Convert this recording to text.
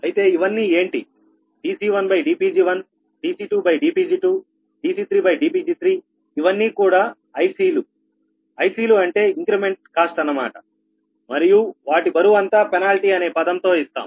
అయితే ఇవన్నీ ఏంటి dC1dPg1dC2dPg2dC3dPg3 ఇవన్నీ కూడా ఐ సి లు అంటే ఇంక్రిమెంటల్ కాస్ట్ అన్నమాట మరియు వాటి బరువు అంతా పెనాల్టీ అనే పదం తో ఇస్తాం